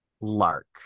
Lark